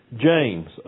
James